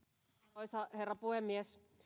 arvoisa herra puhemies